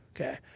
Okay